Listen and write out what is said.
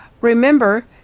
Remember